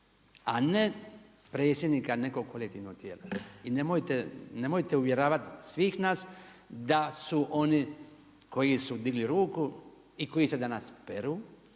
a ne predsjednika nekog kolektivnog tijela i nemojte uvjeravat svih nas da su oni koji su digli ruku i koji se danas peru,